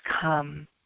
come